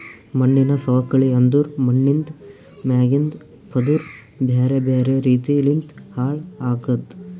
ಮಣ್ಣಿನ ಸವಕಳಿ ಅಂದುರ್ ಮಣ್ಣಿಂದ್ ಮ್ಯಾಗಿಂದ್ ಪದುರ್ ಬ್ಯಾರೆ ಬ್ಯಾರೆ ರೀತಿ ಲಿಂತ್ ಹಾಳ್ ಆಗದ್